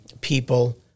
people